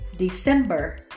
December